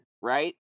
right